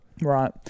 right